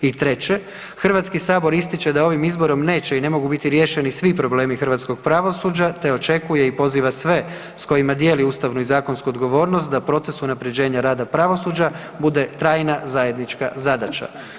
I treće, HS ističe da ovim izborom neće i ne mogu biti riješeni svi problemi hrvatskog pravosuđa, te očekuje i poziva sve s kojima dijeli ustavnu i zakonsku odgovornost da proces unaprjeđenja rada pravosuđa bude trajna zajednička zadaća.